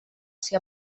ser